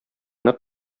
нык